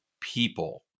people